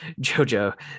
JoJo